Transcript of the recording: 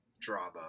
drama